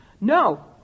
No